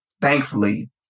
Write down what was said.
thankfully